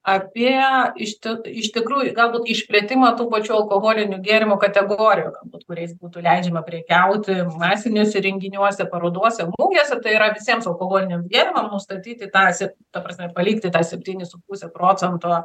apie išti iš tikrųjų galbūt išplėtimą tų pačių alkoholinių gėrimų kategorijų galbūt kuriais būtų leidžiama prekiauti masiniuose renginiuose parodose mugėse tai yra visiems alkoholiniams gėrimam nustatyti tarsi ta prasme palikti tą septynis su puse procento